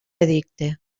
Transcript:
edicte